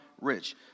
rich